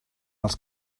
els